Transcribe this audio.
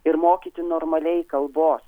ir mokyti normaliai kalbos